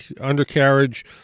undercarriage